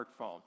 smartphone